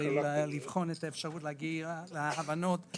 כדי לבחון אפשרות להגיע להבנות,